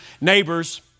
neighbors